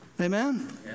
Amen